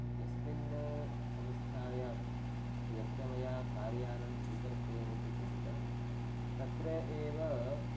यस्यां संस्थायां यत्र मया कार् यानं स्वीकर्तव्यम् इति चिन्तितं तत्र एव